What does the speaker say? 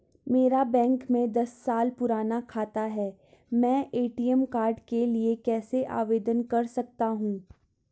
मेरा बैंक में दस साल पुराना खाता है मैं ए.टी.एम कार्ड के लिए कैसे आवेदन कर सकता हूँ?